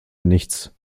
nichts